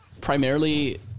primarily